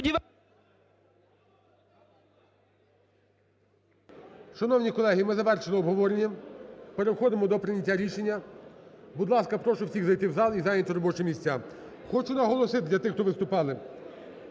Шановні колеги, ми завершили обговорення, переходимо до прийняття рішення. Будь ласка, прошу всіх зайти в зал і зайняти робочі місця. Хочу наголосити для тих, хто виступали,